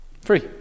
Free